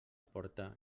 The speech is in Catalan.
porta